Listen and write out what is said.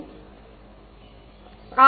மாணவர் பின்தங்கியவர்